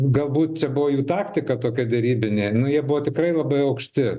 galbūt čia buvo jų taktika tokia derybinė nu jie buvo tikrai labai aukšti